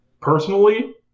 Personally